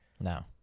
no